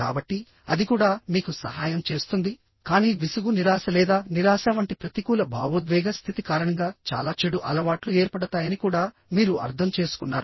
కాబట్టి అది కూడా మీకు సహాయం చేస్తుంది కానీ విసుగు నిరాశ లేదా నిరాశ వంటి ప్రతికూల భావోద్వేగ స్థితి కారణంగా చాలా చెడు అలవాట్లు ఏర్పడతాయని కూడా మీరు అర్థం చేసుకున్నారు